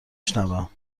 شنوم